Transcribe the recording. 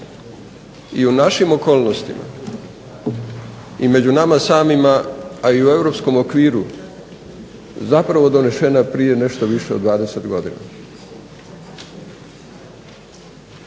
i u našim okolnostima i među nama samima, a i u europskom okviru zapravo donesena prije nešto više od 20 godina.